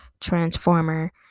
transformer